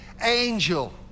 angel